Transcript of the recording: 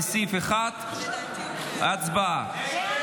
לסעיף 1. הצבעה.